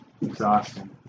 exhausting